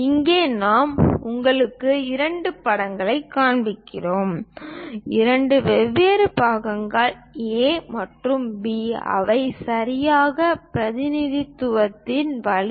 இங்கே நான் உங்களுக்கு இரண்டு படங்களை காண்பிக்கிறேன் இரண்டு வெவ்வேறு படங்கள் A மற்றும் B அவை சரியான பிரதிநிதித்துவத்தின் வழி